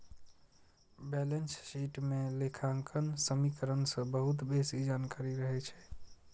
balance sheet मे लेखांकन समीकरण सं बहुत बेसी जानकारी रहै छै